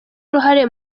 uruhare